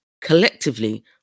collectively